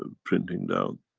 ah printing down.